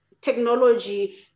technology